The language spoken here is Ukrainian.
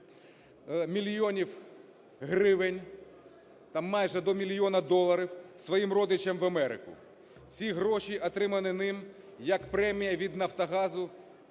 мільйонів гривень, там майже до мільйона доларів, своїм родичам в Америку. Ці гроші отримані ним як премія від "Нафтогазу",